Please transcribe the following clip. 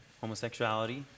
homosexuality